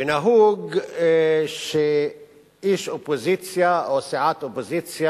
ונהוג שאיש אופוזיציה או סיעת אופוזיציה